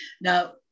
Now